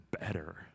better